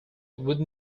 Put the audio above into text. would